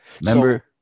Remember